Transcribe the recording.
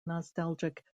nostalgic